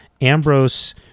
Ambrose